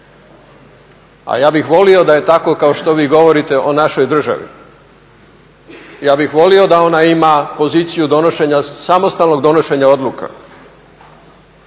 A ja bih volio da je tako kao što vi govorite o našoj državi. Ja bih volio da ona ima poziciju donošenja, samostalno donošenja odluka,